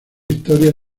historia